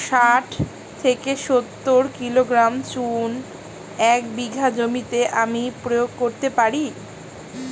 শাঠ থেকে সত্তর কিলোগ্রাম চুন এক বিঘা জমিতে আমি প্রয়োগ করতে পারি?